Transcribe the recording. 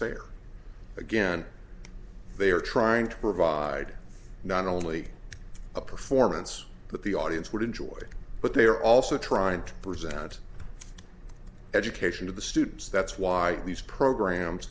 fair again they are trying to provide not only a performance that the audience would enjoy but they are also trying to present education to the students that's why these programs